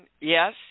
yes